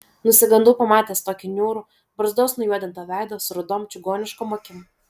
nusigandau pamatęs tokį niūrų barzdos nujuodintą veidą su rudom čigoniškom akim